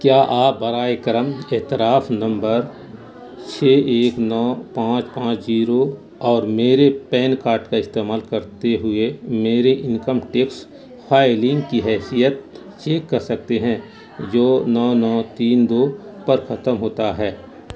کیا آپ براہ کرم اعتراف نمبر چھ ایک نو پانچ پانچ جیرو اور میرے پین کارڈ کا استعمال کرتے ہوئے میرے انکم ٹیکس فائلنگ کی حیثیت چیک کر سکتے ہیں جو نو نو تین دو پر ختم ہوتا ہے